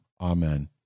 Amen